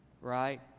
right